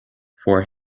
for